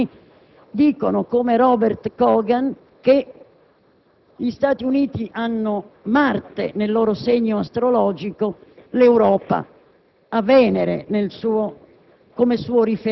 i pensatori neoconservatori americani dicono, come Robert Cogan, che gli Stati Uniti hanno Marte nel loro segno astrologico; l'Europa